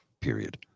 Period